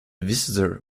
visitor